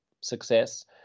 success